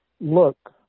look